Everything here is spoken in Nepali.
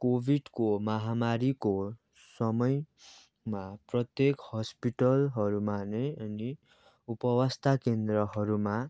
कोभिडको महामारीको समयमा प्रत्येक हस्पिटलहरूमा नै उप अवस्था केन्द्रहरूमा